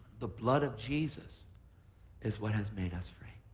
the blood of jesus is what has made us free.